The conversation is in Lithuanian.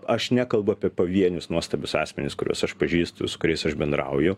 aš nekalbu apie pavienius nuostabius asmenis kuriuos aš pažįstu su kuriais aš bendrauju